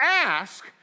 ask